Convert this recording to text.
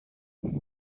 him